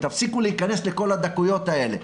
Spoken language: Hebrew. תפסיקו להכנס לכל הדקויות האלה,